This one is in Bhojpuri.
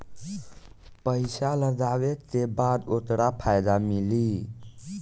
पइसा लगावे के बाद ओकर फायदा मिली